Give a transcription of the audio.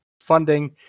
funding